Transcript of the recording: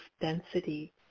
density